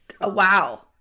wow